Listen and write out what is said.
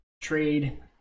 trade